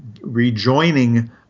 rejoining